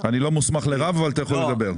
אני לא מוסמך לרב, אבל אתה יכול לדבר.